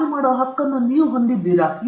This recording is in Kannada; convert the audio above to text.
ಅದನ್ನು ಮಾಡಲು ಹಕ್ಕನ್ನು ಹೊಂದಿದ್ದೀರಾ